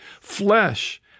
Flesh